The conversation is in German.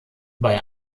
bei